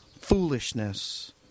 Foolishness